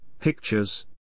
Pictures